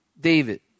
David